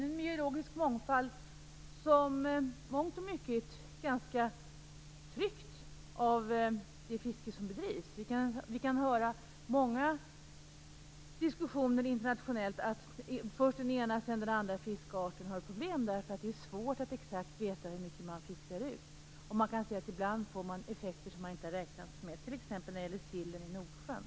Den biologiska mångfalden är ganska pressad av det fiske som bedrivs. Vi kan höra många internationella diskussioner om problem med den ena fiskarten efter den andra. Det är svårt att veta exakt hur mycket som fiskas. Ibland blir det effekter som man inte har räknat med, som när det gäller sillen i Nordsjön.